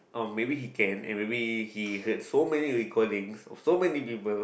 um maybe he can and maybe he heard so many recordings of so many people